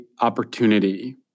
opportunity